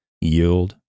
yield